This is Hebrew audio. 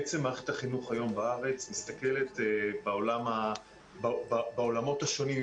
בעצם מערכת החינוך היום בארץ מסתכלת בעולמות השונים,